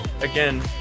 Again